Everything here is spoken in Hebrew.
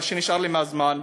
מה שנשאר לי מהזמן,